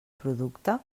producte